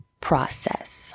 process